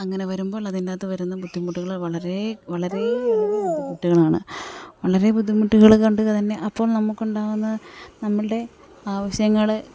അങ്ങനെ വരുമ്പോഴത്തിനകത്ത് വരുന്ന ബുദ്ധിമുട്ടുകൾ വളരെ വളരെ വലിയ ബുദ്ധിമുട്ടുകളാണ് വളരെ ബുദ്ധിമുട്ടുകൾ കണ്ടു തന്നെ അപ്പോൾ നമുക്കുണ്ടാകുന്ന നമ്മളുടെ ആവശ്യങ്ങൾ